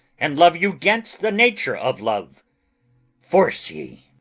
and love you gainst the nature of love force ye.